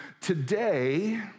today